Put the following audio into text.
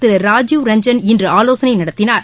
திருராஜீவ் Ranjan இன்றுஆலோசனைநடத்தினார்